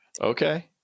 Okay